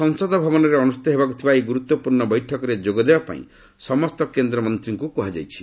ସଂସଦ ଭବନଠାରେ ଅନୁଷ୍ଠିତ ହେବାକୁଥିବା ଏହି ଗୁରୁତ୍ୱପୂର୍ଣ୍ଣ ବୈଠକରେ ଯୋଗଦେବା ପାଇଁ ସମସ୍ତ କେନ୍ଦ୍ରମନ୍ତ୍ରୀଙ୍କୁ କୁହାଯାଇଛି